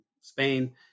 Spain